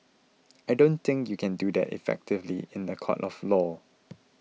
I don't think you can do that effectively in a court of law